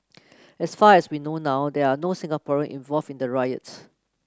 as far as we know now there are no Singaporean involved in the riot